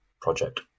project